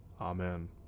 Amen